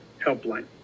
helpline